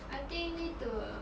I think you need to